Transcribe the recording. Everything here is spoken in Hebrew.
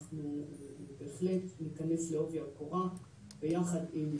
אנחנו בהחלט נכנס לעובי הקורה ביחד עם חברי,